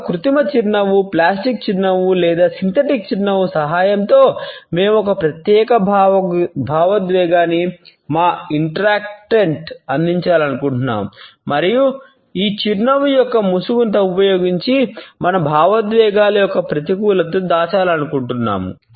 ఒక కృత్రిమ చిరునవ్వు ప్లాస్టిక్ చిరునవ్వు లేదా సింథటిక్ చిరునవ్వు సహాయంతో మేము ఒక ప్రత్యేకమైన భావోద్వేగాన్ని మా ఇంటరాక్టివ్కు అందించాలనుకుంటున్నాము మరియు ఈ చిరునవ్వు యొక్క ముసుగును ఉపయోగించి మన భావోద్వేగాల యొక్క ప్రతికూలతను దాచాలనుకుంటున్నాము